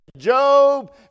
Job